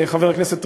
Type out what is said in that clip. חבר הכנסת ריבלין,